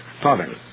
province